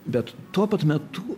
bet tuo pat metu